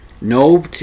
No